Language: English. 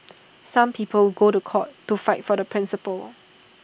some people go to court to fight for their principles